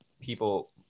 people